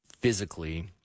physically